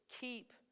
keep